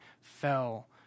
fell